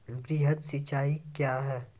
वृहद सिंचाई कया हैं?